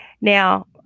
Now